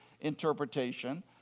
interpretation